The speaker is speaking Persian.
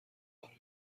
برای